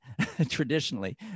traditionally